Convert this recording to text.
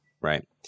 right